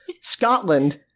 Scotland